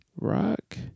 rock